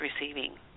receiving